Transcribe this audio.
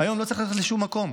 היום לא צריך לצאת לשום מקום,